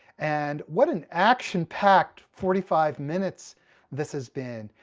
and what an action-packed forty five minutes this has been!